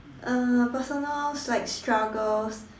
uh personals like struggles